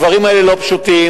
הדברים האלה לא פשוטים.